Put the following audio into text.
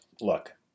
Look